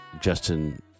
Justin